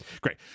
Great